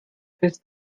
fes